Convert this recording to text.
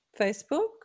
Facebook